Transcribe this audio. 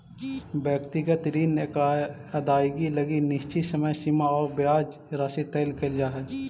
व्यक्तिगत ऋण अदाएगी लगी निश्चित समय सीमा आउ ब्याज राशि तय कैल जा हइ